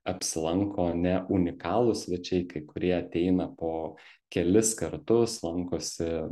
apsilanko ne unikalūs svečiai kai kurie ateina po kelis kartus lankosi